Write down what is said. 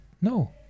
no